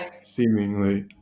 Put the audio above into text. Seemingly